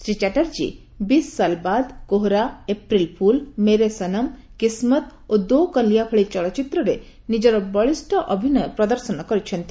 Shri Chatterjee 'Bees Saal Baad' 'Kohraa' 'April Fool' 'Mere Sanam' 'Kismat' ଓ 'ଦୋ କଲିଆଁ' ଭଳି ଚଳଚ୍ଚିତ୍ରରେ ନିଜ୍ଚର ବଳିଷ୍ଠ ଅଭିନୟ ପ୍ରଦର୍ଶନ କରିଛନ୍ତି